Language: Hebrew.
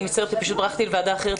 ברחתי לוועדה אחרת.